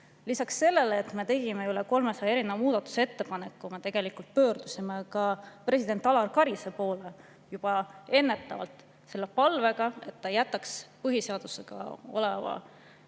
Lisaks sellele, et me tegime üle 300 muudatusettepaneku, me pöördusime ka president Alar Karise poole juba ennetavalt palvega, et ta jätaks põhiseadusega